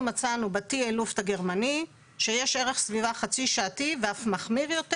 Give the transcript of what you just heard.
אנחנו מצאנו ב-טיאלוף הגרמני שיש ערך סביבה חצי שעתי ואף מחמיר יותר.